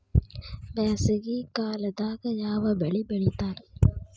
ಬ್ಯಾಸಗಿ ಕಾಲದಾಗ ಯಾವ ಬೆಳಿ ಬೆಳಿತಾರ?